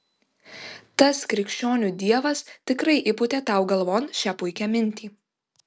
tas krikščionių dievas tikrai įpūtė tau galvon šią puikią mintį